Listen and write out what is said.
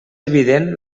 evident